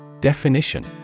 Definition